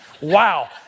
Wow